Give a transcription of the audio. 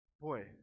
Boy